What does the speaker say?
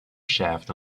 shaft